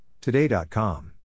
Today.com